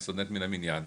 אני סטודנט מן המניין,